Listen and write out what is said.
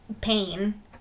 pain